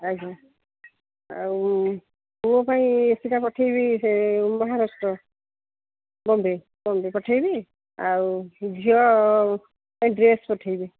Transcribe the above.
ଆଜ୍ଞା ଆଉ ପୁଅ ପାଇଁ ଏସିଟା ପଠାଇବି ସେ ମହାରାଷ୍ଟ୍ର ବମ୍ୱେ ବମ୍ୱେ ପଠାଇବି ଆଉ ଝିଅ ପାଇଁ ଡ୍ରେସ୍ ପଠାଇବି